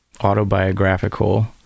autobiographical